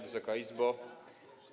Wysoka Izbo!